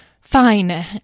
Fine